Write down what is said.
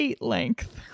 length